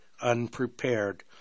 unprepared